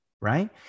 right